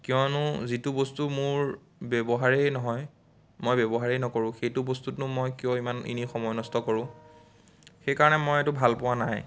কিয়নো যিটো বস্তু মোৰ ব্যৱহাৰেই নহয় মই ব্যৱহাৰেই নকৰোঁ সেইটো বস্তুতনো মই কিয় এনেই সময় নষ্ট কৰোঁ সেইকাৰণে মই এইটো ভাল পোৱা নাই